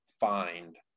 find